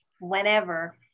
whenever